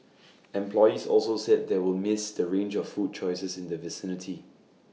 employees also said they will miss the range of food choices in the vicinity